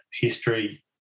history